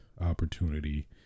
opportunity